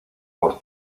por